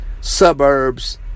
suburbs